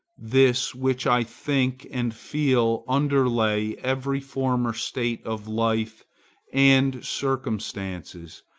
this which i think and feel underlay every former state of life and circumstances,